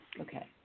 Okay